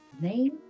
Name